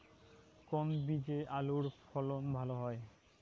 কোন বীজে আলুর ফলন ভালো হয়?